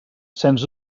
sens